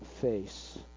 face